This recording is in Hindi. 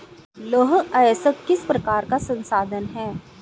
लौह अयस्क किस प्रकार का संसाधन है?